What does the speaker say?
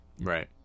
Right